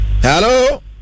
Hello